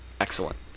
Excellent